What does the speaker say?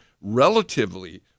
relatively